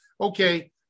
okay